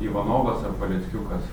ivanovas ar paleckiukas